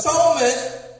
Atonement